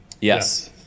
yes